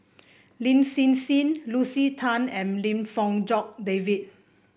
Lin Hsin Hsin Lucy Tan and Lim Fong Jock David